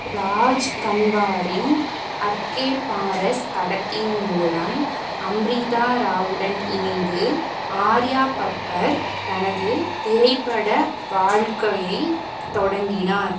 ராஜ் கன்வாரின் அப் கே பாரஸ் படத்தின் மூலம் அம்ரிதா ராவுடன் இணைந்து ஆர்யா பப்பர் தனது திரைப்பட வாழ்க்கையைத் தொடங்கினார்